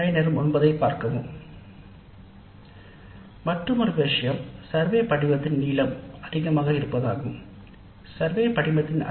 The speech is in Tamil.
கணக்கெடுப்பு படிவத்தின் நீளம் அதிகமாக இருந்தாலும் அது மதிப்பீட்டின் தரத்தை பாதிக்கலாம்